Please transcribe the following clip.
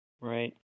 Right